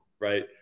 Right